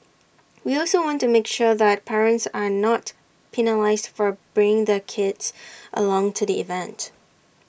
we also want to make sure that parents are not penalised for bringing their kids along to the event